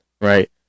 right